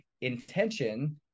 intention